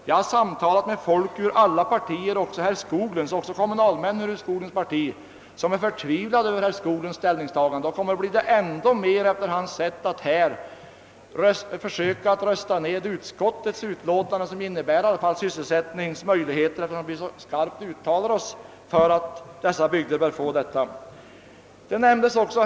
Jag har samtalat med folk från alla partier, också med kommunalmän från herr Skoglunds parti, vilka varit förtvivlade över herr Skoglunds ställningstagande och som kommer att bli det i ännu högre grad efter herr Skog lunds försök att få kammaren att rösta ned utskottsmajoriteten, som ändå så skarpt uttalat sig för att dessa bygder bör få sysselsättningsmöjligheter.